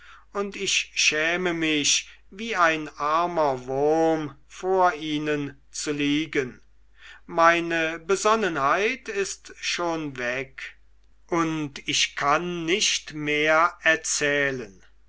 und ich schäme mich wie ein armer wurm vor ihnen zu liegen meine besonnenheit ist schon weg und ich kann nicht mehr erzählen